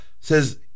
says